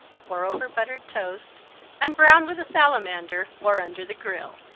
pour over buttered toast and brown with a salamander or under the grill.